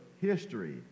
history